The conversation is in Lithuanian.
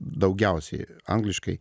daugiausiai angliškai